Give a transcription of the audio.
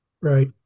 right